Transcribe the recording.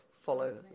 follow